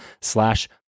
slash